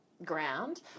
Ground